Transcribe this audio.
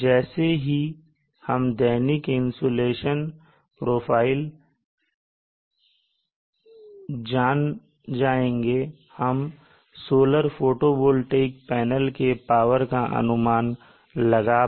जैसे ही हम दैनिक इंसुलेशन प्रोफाइल जान जाएंगे हम सोलर फोटोवॉल्टिक पैनल के पावर का अनुमान लगा पाएंगे